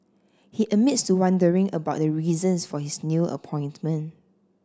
he admits to wondering about the reasons for his new appointment